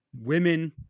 women